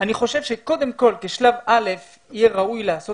אני חושב שקודם כל כשלב ראשון יהיה ראוי להקים